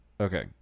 Okay